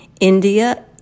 India